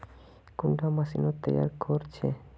कुंडा मशीनोत तैयार कोर छै?